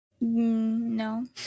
No